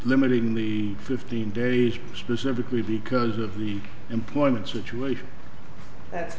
limiting the fifteen days specifically because of the employment situation that